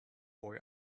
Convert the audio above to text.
boy